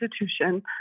institution